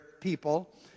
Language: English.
people